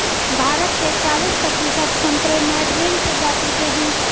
भारत के चालिस प्रतिशत संतरे मैडरीन प्रजाति के हैं